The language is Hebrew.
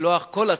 לשלוח כל הצעה.